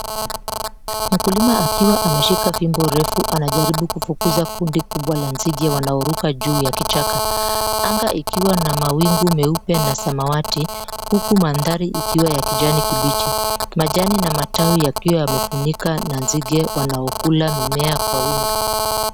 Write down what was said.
Mkulima akiwa ameshika fimbo refu ananajaribu kufukuza kundi kubwa la nzige wanaoruka juu ya kichaka. Anga ikiwa na mawingu meupe na samawati huku mandhari ikiwa ya kijani kibichi. Majani na matawi yakiwa yamefunika na nzige wanaokula mimea kwa wingi.